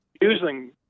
Using